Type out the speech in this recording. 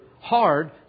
Hard